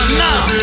now